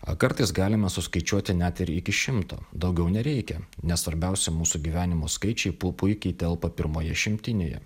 a kartais galima suskaičiuoti net ir iki šimto daugiau nereikia nes svarbiausi mūsų gyvenimo skaičiai pu puikiai telpa pirmoje šimtinėje